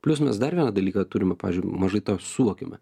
plius mes dar vieną dalyką turime pavyzdžiui mažai tą suvokiame